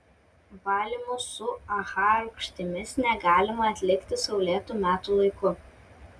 valymų su aha rūgštimis negalima atlikti saulėtu metų laiku